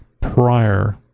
prior